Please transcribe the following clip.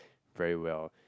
very well